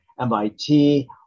MIT